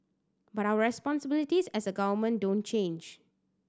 but our responsibilities as a government don't change